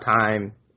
time